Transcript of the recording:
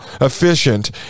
efficient